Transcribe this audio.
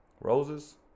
Roses